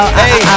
hey